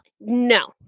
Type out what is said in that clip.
No